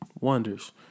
wonders